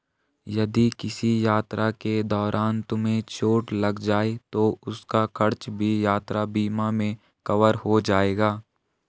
यदि किसी यात्रा के दौरान तुम्हें चोट लग जाए तो उसका खर्च भी यात्रा बीमा में कवर हो जाएगा